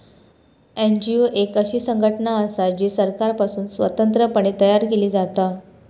NGO एक अशी संघटना असा जी सरकारपासुन स्वतंत्र पणे तयार केली जाता